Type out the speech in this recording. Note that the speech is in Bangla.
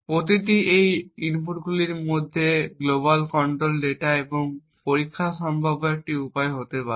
প্রতিটি এই ইনপুটগুলির মধ্যে গ্লোবাল কন্ট্রোল ডেটা এবং পরীক্ষা সম্ভাব্য একটি উপায় হতে পারে